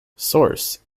source